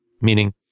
meaning